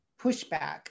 pushback